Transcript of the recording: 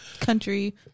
country